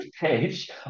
page